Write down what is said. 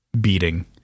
beating